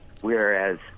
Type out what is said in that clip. Whereas